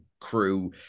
crew